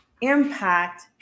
impact